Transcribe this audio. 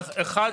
יש רשימה ארוכה.